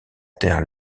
terre